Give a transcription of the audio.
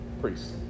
Priests